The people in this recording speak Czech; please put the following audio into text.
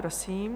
Prosím.